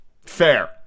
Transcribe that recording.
Fair